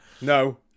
No